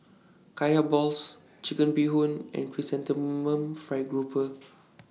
Kaya Balls Chicken Bee Hoon and Chrysanthemum Fried Grouper